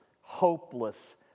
hopeless